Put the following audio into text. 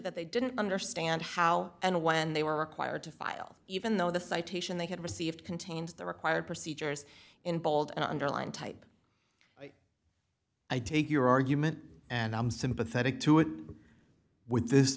that they didn't understand how and when they were required to file even though the citation they had received contains the required procedures in bold and underline type i take your argument and i'm sympathetic to it with this